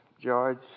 George